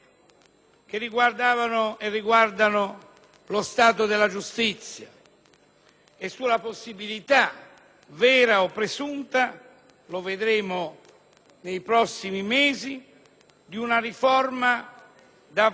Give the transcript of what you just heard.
e sulla possibilità, vera o presunta (lo vedremo nei prossimi mesi), di una riforma davvero rivolta a favorire i diritti dei cittadini